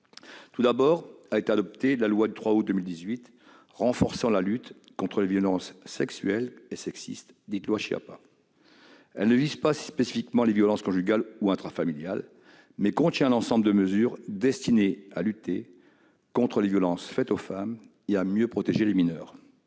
Tout d'abord, a été adoptée la loi de 3 août 2018 renforçant la lutte contre les violences sexuelles et sexistes, dite loi Schiappa. Elle ne vise pas spécifiquement les violences conjugales ou intrafamiliales, mais elle contient un ensemble de mesures destinées à lutter contre les violences faites aux femmes et à mieux protéger les mineurs.